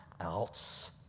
else